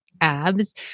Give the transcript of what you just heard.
Abs